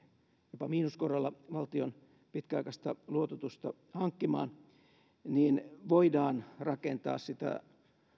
jopa miinuskorolla valtion pitkäaikaista luototusta hankkimaan voidaan rakentaa sitä